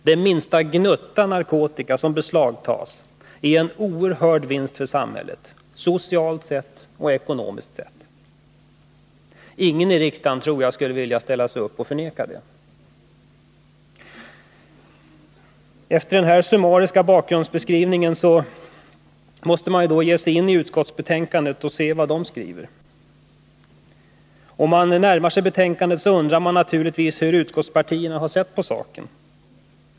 Den minsta gnutta narkotika som beslagtas är en oerhörd vinst för samhället, socialt och ekonomiskt sett. — Jag tror inte att någon i riksdagen skulle vilja ställa sig upp och förneka detta. Efter den här summariska bakgrundsbeskrivningen är det dags att gå in på utskottsbetänkandet. När man närmar sig betänkandet undrar man naturligtvis hur utskottspartierna har sett på saken.